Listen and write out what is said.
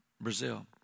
Brazil